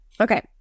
Okay